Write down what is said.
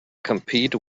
compete